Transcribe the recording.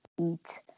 eat